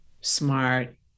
smart